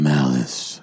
Malice